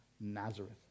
nazareth